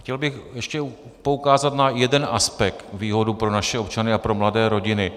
Chtěl bych ještě poukázat na jeden aspekt, výhodu pro naše občany a pro mladé rodiny.